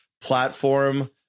platform